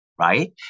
right